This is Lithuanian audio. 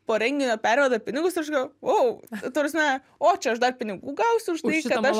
po renginio perveda pinigus ir aš tokia vou ta prasme o čia aš dar pinigų gausiu už tai kad aš